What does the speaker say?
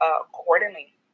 accordingly